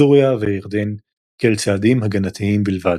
סוריה וירדן כאל צעדים הגנתיים בלבד.